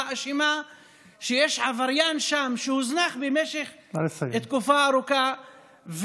אשמה שיש שם עבריין שהוזנח במשך תקופה ארוכה,